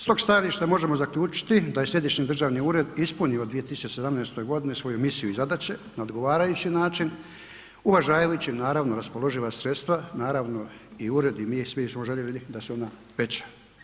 Stog stajališta možemo zaključiti da je Središnji državni ured ispunio u 2017. godini svoju misiju i zadaće na odgovarajući način uvažavajući naravno raspoloživa sredstva, naravno i ured i mi svi bismo željeli da su ona veća.